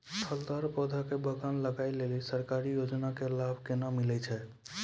फलदार पौधा के बगान लगाय लेली सरकारी योजना के लाभ केना मिलै छै?